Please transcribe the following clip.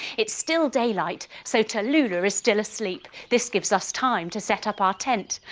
it's still daylight, so tallulah is still asleep. this gives us time to set up our tent.